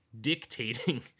dictating